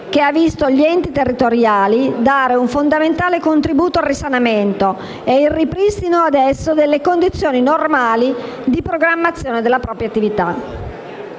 che ha visto gli enti territoriali dare un fondamentale contributo al risanamento e il ripristino delle normali condizioni di programmazione della propria attività.